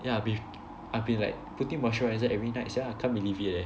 yea I've be~ I've been like putting moisturizer every night sia I can't believe it eh